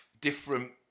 different